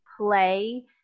play